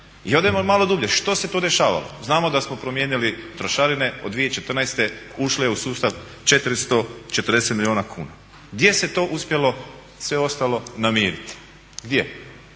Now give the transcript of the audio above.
I odemo malo dublje, što se to dešavalo? Znamo da smo promijenili trošarine, od 2014. su ušle u sustav 440 milijuna kuna. Gdje se to uspjelo sve ostalo namiriti? Gdje,